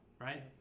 right